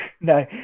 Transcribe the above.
no